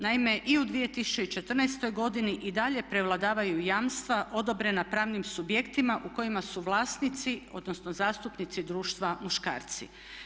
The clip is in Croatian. Naime i u 2014. godini i dalje prevladavaju jamstva odobrena pravnim subjektima u kojima su vlasnici, odnosno zastupnici društva muškarci.